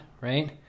Right